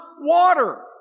water